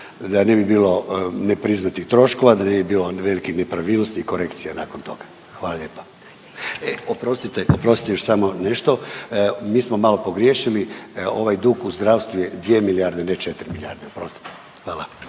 da ne bi bilo nepriznatih troškova, da ne bi bilo velikih nepravilnosti i korekcija nakon toga, hvala lijepa. Oprostite, oprostite, još samo nešto. Mi smo malo pogriješili, ovaj dug u zdravstvu je 2 milijarde, ne 4 milijarde,